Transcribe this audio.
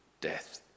death